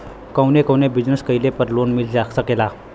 कवने कवने बिजनेस कइले पर लोन मिल सकेला?